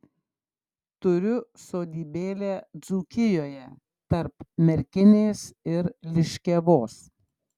turiu sodybėlę dzūkijoje tarp merkinės ir liškiavos